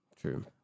true